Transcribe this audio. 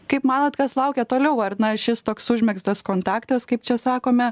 kaip manot kas laukia toliau ar na šis toks užmegztas kontaktas kaip čia sakome